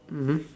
mmhmm